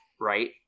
right